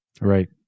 right